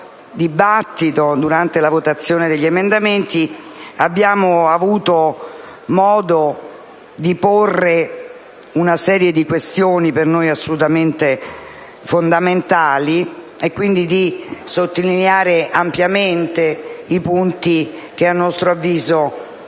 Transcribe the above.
e durante la votazione degli emendamenti abbiamo avuto modo di porre una serie di questioni per noi assolutamente fondamentali, e quindi di sottolineare ampiamente i punti che, a nostro avviso,